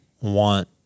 want